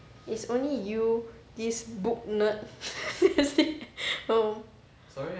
it's only you this book nerd seriously no